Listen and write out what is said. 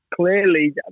clearly